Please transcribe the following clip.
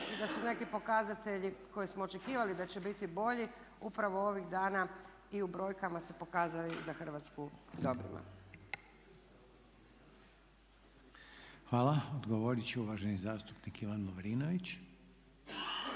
i da su neki pokazatelji koje smo očekivali da će biti bolji upravo ovih dana i u brojkama se pokazali za Hrvatsku dobrima. **Reiner, Željko (HDZ)** Hvala. Odgovorit će uvaženi zastupnik Ivan Lovrinović.